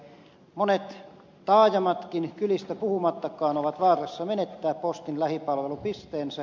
monet taajamatkin kylistä puhumattakaan ovat vaarassa menettää postin lähipalvelupisteensä